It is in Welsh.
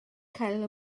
cael